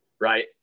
right